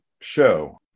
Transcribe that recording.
show